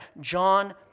John